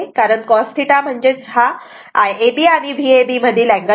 कारण cos θ म्हणजे हा Iab आणि Vab मधील अँगल आहे